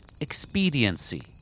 expediency